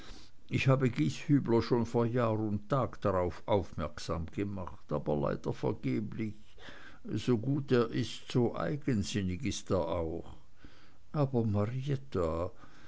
ich habe gieshübler schon vor jahr und tag darauf aufmerksam gemacht aber leider vergeblich so gut er ist so eigensinnig ist er auch aber marietta